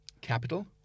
capital